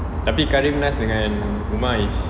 tapi karim nas dengan umar is